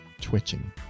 twitching